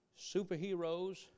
superheroes